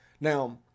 Now